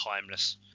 timeless